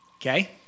Okay